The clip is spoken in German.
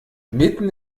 mitten